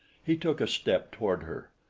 he took a step toward her.